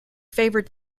favored